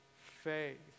faith